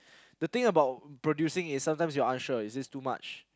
the thing about producing is sometimes you're unsure is this too much